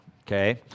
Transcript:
okay